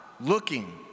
looking